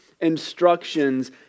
instructions